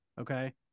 okay